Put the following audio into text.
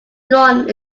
drawn